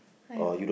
I have